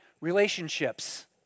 relationships